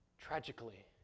Tragically